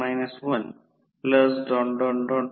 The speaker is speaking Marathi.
तर V2 1925 व्होल्ट असेल आणि V2 चे कोन 2 oआहे